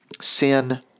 sin